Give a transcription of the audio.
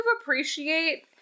appreciate